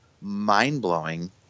mind-blowing